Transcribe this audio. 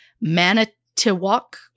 Manitowoc